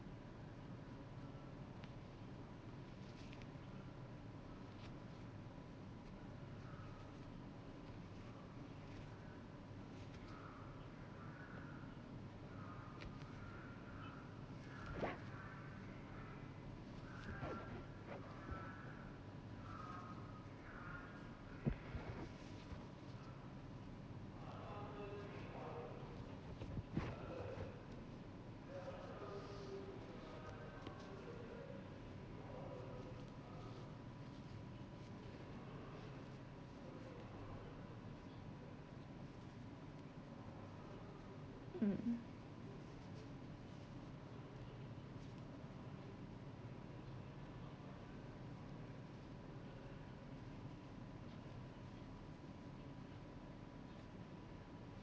mmhmm